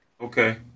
okay